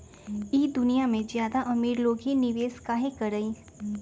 ई दुनिया में ज्यादा अमीर लोग ही निवेस काहे करई?